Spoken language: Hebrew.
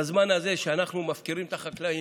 בזמן הזה שאנחנו מפקירים את החקלאים,